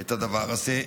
את הדבר הזה.